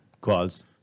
Cause